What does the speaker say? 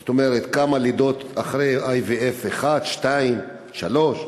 זאת אומרת, כמה לידות אחרי IVF, אחת, שתיים, שלוש,